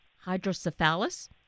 hydrocephalus